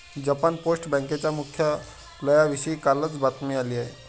Japan post बँकेच्या मुख्यालयाविषयी कालच बातमी आली आहे